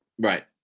Right